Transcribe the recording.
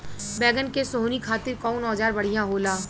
बैगन के सोहनी खातिर कौन औजार बढ़िया होला?